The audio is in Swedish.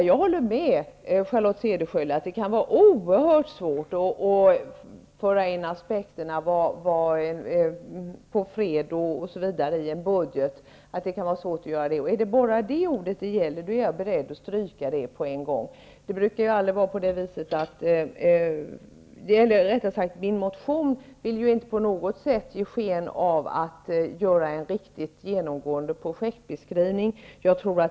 Jag håller med Charlotte Cederschiöld om att det kan vara oerhört svårt att föra in aspekter på fred i en budget, och om det bara är ordet fred som hon hänger upp sig på är jag beredd att stryka det på en gång. I min motion vill jag inte på något sätt ge sken av att det skall göras en genomgående projektbeskrivning.